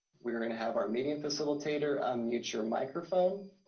we're gonna have our meeting facilitator unmute your microphone.